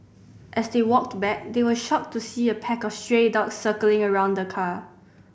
as they walked back they were shocked to see a pack of stray dogs circling around the car